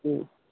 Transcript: മ്മ്